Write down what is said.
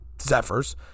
Zephyrs